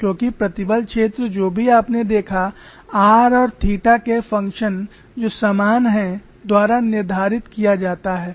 क्योंकि प्रतिबल क्षेत्र जो भी आपने देखा r और थीटा के फंक्शन जो समान है द्वारा निर्धारित किया जाता है